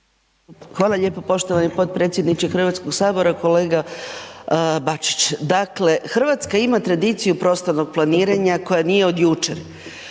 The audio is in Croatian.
Hvala lijepo poštovani potpredsjedniče HS. Kolega Bačić, dakle RH ima tradiciju prostornog planiranja koja nije od jučer,